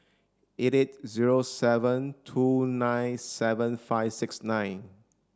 eight zero seven two nine seven five six nine